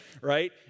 right